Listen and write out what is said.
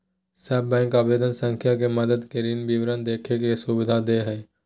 सब बैंक आवेदन संख्या के मदद से ऋण विवरण देखे के सुविधा दे हइ